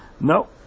no